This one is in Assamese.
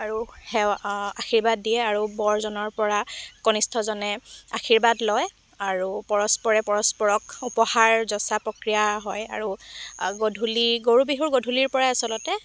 আৰু সেৱা আশীৰ্বাদ দিয়ে আৰু বৰজনৰ পৰা কনিষ্ঠজনে আশীৰ্বাদ লয় আৰু পৰস্পৰে পৰস্পৰক উপহাৰ যচা প্ৰক্ৰিয়া হয় আৰু গধূলি গৰু বিহুৰ গধূলিৰ পৰাই আচলতে